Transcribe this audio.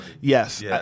Yes